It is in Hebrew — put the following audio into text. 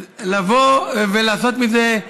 לבוא ולעשות מזה,